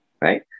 right